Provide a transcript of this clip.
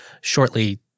shortly